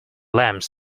lamps